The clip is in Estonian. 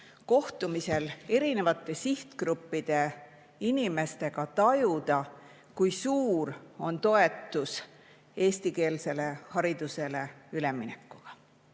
kohtumistel erinevate sihtgruppide inimestega väga hea võimalus tajuda, kui suur on toetus eestikeelsele haridusele üleminekule.